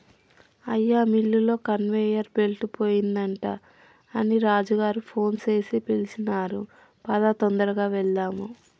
అయ్యా మిల్లులో conveyor belt పోయిందట అని రాజు గారు ఫోన్ సేసి పిలిచారు పదా తొందరగా వెళ్దాము